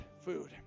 food